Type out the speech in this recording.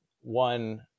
One